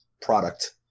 product